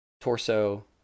Torso